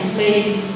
ladies